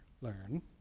learn